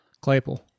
Claypool